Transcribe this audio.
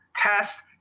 Test